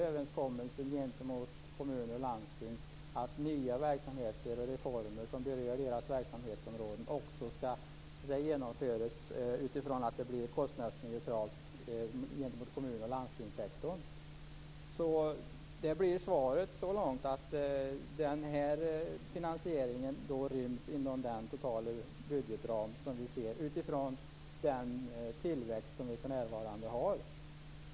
Överenskommelsen gentemot kommuner och landsting innebär att nya verksamheter och reformer som berör deras verksamhetsområden skall genomföras utifrån att det blir kostnadsneutralt gentemot kommun och landstingssektorn. Det blir svaret så långt. Finansieringen ryms inom den totala budgetram som vi ser utifrån den tillväxt som vi för närvarande har.